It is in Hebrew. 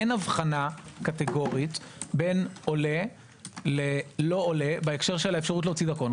אין הבחנה קטגורית בין עולה ללא עולה בהקשר האפשרות להוציא דרכון,